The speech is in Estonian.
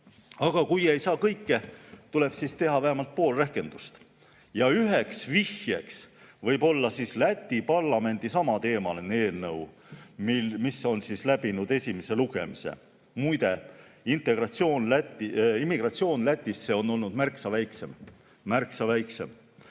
Aga kui ei saa kõike, tuleb teha vähemalt pool rehkendust. Üheks vihjeks võib olla Läti parlamendi samateemaline eelnõu, mis on läbinud esimese lugemise. Muide, immigratsioon Lätisse on olnud märksa väiksem. Ja see